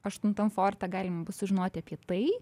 aštuntam forte galima bus sužinoti apie tai